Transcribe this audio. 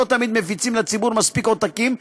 לא תמיד מפיצים לציבור מספיק עותקים,